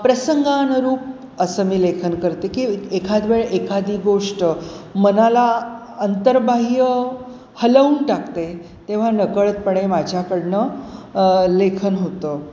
प्रसंगानुरूप असं मी लेखन करते की एखादी वेळ एखादी गोष्ट मनाला अंतरबाह्य हलवून टाकते तेव्हा नकळतपणे माझ्याकडून लेखन होतं